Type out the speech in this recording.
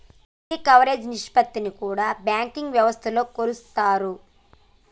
వడ్డీ కవరేజీ నిష్పత్తిని కూడా బ్యాంకింగ్ వ్యవస్థలో కొలుత్తారు